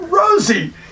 Rosie